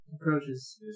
Approaches